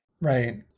Right